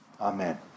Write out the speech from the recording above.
Amen